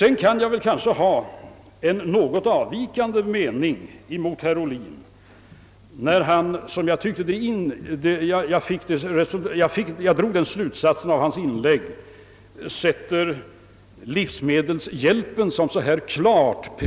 Jag har en annan uppfattning än den herr Ohlin framförde då han — jag drog den slutsatsen av hans inlägg — prioriterade livsmedelshjälpen när det